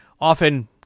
often